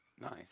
Nice